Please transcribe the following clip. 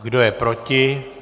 Kdo je proti?